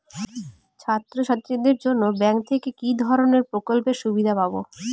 ছাত্রছাত্রীদের জন্য ব্যাঙ্ক থেকে কি ধরণের প্রকল্পের সুবিধে পাবো?